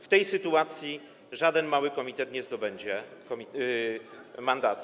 W tej sytuacji żaden mały komitet nie zdobędzie mandatu.